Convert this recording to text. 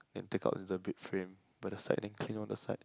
then take out the bed frame put at the side then clean on the side